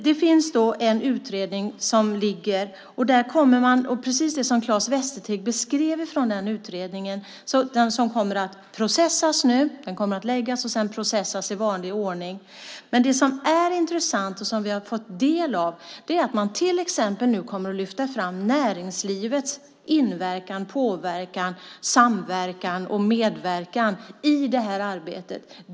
Det finns alltså en utredning som kommer att lägga fram sitt betänkande, och det kommer sedan, precis som Claes Västerteg beskrev, att processas i vanlig ordning. Men det som är intressant och som vi har fått del av är att man till exempel kommer att lyfta fram näringslivets inverkan, påverkan, samverkan och medverkan i det här arbetet.